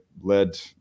led